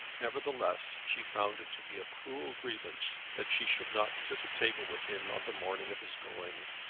nevertheless she found it to be a cruel grievance that she should not sit at table with him on the morning of his going.